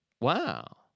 Wow